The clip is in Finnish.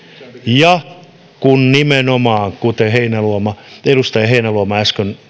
ja nimenomaan siitä kuten edustaja heinäluoma äsken